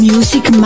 Music